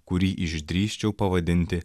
kurį išdrįsčiau pavadinti